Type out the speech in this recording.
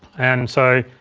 and so,